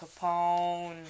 capone